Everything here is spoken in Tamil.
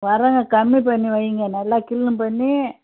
வர்றேங்க கம்மி பண்ணி வைங்க நல்லா க்ளீனு பண்ணி